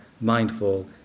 mindful